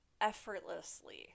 effortlessly